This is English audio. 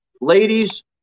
Ladies